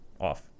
off